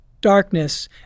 darkness